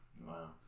Wow